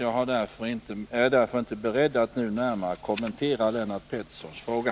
Jag är därför inte beredd att nu närmare kommentera Lennart Petterssons fråga.